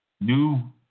new